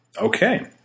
Okay